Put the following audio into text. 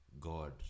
God